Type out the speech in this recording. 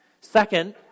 Second